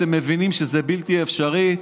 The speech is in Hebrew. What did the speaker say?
אתם מבינים שזה בלתי אפשרי.